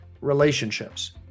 relationships